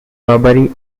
robbery